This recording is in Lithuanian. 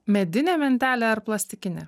medinė mentelė ar plastikinė